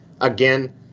Again